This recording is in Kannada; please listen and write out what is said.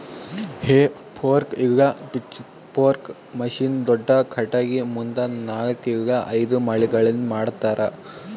ಹೇ ಫೋರ್ಕ್ ಇಲ್ಲ ಪಿಚ್ಫೊರ್ಕ್ ಮಷೀನ್ ದೊಡ್ದ ಖಟಗಿ ಮುಂದ ನಾಲ್ಕ್ ಇಲ್ಲ ಐದು ಮೊಳಿಗಳಿಂದ್ ಮಾಡ್ತರ